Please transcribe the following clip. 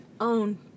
own